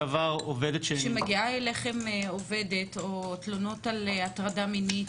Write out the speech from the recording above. כשמגיעה אליכם עובדת או תלונות על הטרדה מינית,